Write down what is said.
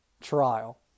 trial